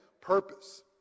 purpose